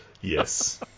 yes